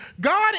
God